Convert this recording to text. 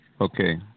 Okay